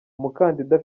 umukandida